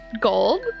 Gold